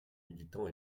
militant